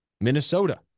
Minnesota